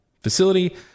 facility